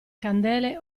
candele